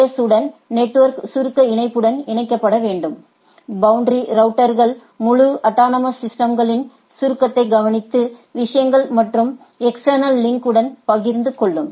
S உடன் network சுருக்க இணைப்புடன் இணைக்கப்பட வேண்டும் பௌண்டரி ரவுட்டர்கள் முழு அட்டானமஸ் சிஸ்டம்களின் சுருக்கத்தை கவனித்து விஷயங்கள் மற்றும் எக்ஸ்டேர்னல் லிங்க் உடன் பகிர்ந்து கொள்ளும்